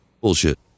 bullshit